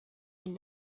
and